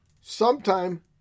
sometime